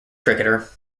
cricketer